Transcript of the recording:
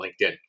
LinkedIn